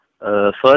First